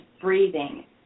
breathing